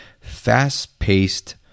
fast-paced